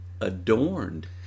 adorned